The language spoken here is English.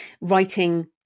writing